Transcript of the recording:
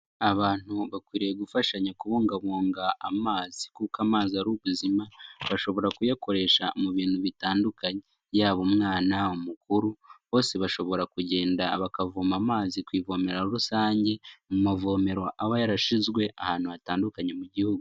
Abantu bakwiriye gufashanya kubungabunga amazi kuko amazi ari ubuzima, bashobora kuyakoresha mu bintu bitandukanye, yaba umwana, umukuru bose bashobora kugenda bakavoma amazi ku ivomero rusange mu mavomero aba yarashyizwe ahantu hatandukanye mu gihugu.